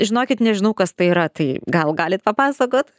žinokit nežinau kas tai yra tai gal galit papasakot